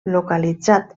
localitzat